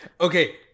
Okay